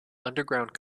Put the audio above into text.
underground